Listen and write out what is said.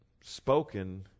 spoken